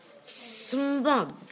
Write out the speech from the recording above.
smug